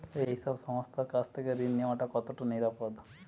এই সব সংস্থার কাছ থেকে ঋণ নেওয়া কতটা নিরাপদ?